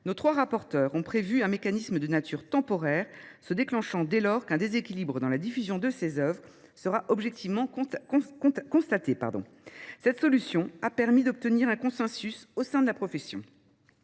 nos trois rapporteurs ont prévu un mécanisme de nature temporaire se déclenchant dès lors qu’un déséquilibre dans la diffusion de ces œuvres sera objectivement constaté. Cette solution a permis d’obtenir un consensus au sein de la profession.